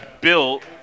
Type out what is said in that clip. built